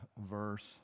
verse